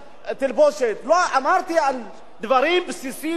אמרתי על דברים בסיסיים שאדם זקוק,